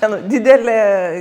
ten didelė